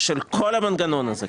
של כל המנגנון הזה.